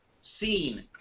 seen